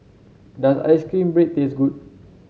does ice cream bread taste good